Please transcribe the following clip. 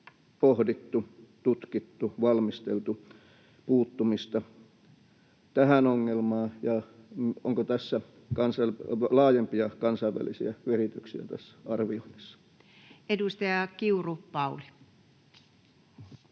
pohdittu, tutkittu, valmisteltu puuttumista tähän ongelmaan, ja onko tässä arvioinnissa laajempia kansainvälisiä virityksiä? Edustaja Kiuru, Pauli.